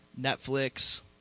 Netflix